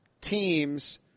teams